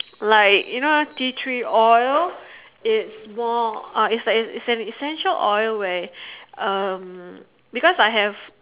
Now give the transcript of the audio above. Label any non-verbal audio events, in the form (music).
(noise) like you know tea tree oil is more uh is like is an is an essential oil where um because I have